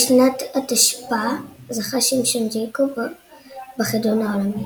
בשנת ה'תשפ"ה זכה שמשון ג'ייקוב בחידון העולמי..